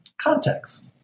context